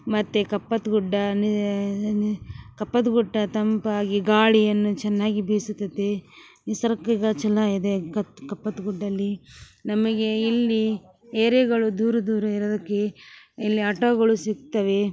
ಮತ್ತು ಕಪ್ಪತ್ ಗುಡ್ಡ ಕಪ್ಪತ್ ಗುಡ್ಡ ತಂಪಾಗಿ ಗಾಳಿಯನ್ನು ಚೆನ್ನಾಗಿ ಬಿಸುತ್ತದೆ ನಿಸರ್ಗಗಳು ಛಲೋ ಇದೆ ಕತ್ ಕಪ್ಪತ್ ಗುಡ್ಡದಲ್ಲಿ ನಮಗೆ ಇಲ್ಲಿ ಏರ್ಯಗಳು ದೂರ ದೂರ ಇರೋದಕ್ಕೆ ಇಲ್ಲಿ ಆಟೋಗಳು ಸಿಗ್ತಾವೆ